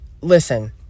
listen